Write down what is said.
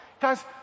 Guys